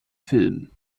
film